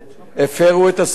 הפירו את הסדר,